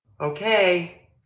Okay